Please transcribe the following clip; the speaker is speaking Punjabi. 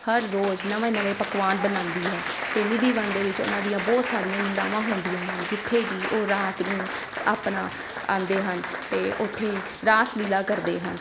ਹਰ ਰੋਜ਼ ਨਵੇਂ ਨਵੇਂ ਪਕਵਾਨ ਬਣਾਉਂਦੀ ਹੈ ਅਤੇ ਨਿਧੀਵਨ ਦੇ ਵਿੱਚ ਉਹਨਾਂ ਦੀਆਂ ਬਹੁਤ ਸਾਰੀਆਂ ਲੀਲਾਵਾਂ ਹੁੰਦੀਆਂ ਹਨ ਜਿੱਥੇ ਕਿ ਉਹ ਰਾਤ ਨੂੰ ਆਪਣਾ ਆਉਂਦੇ ਹਨ ਅਤੇ ਉੱਥੇ ਰਾਸਲੀਲਾ ਕਰਦੇ ਹਨ